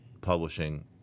publishing